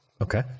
Okay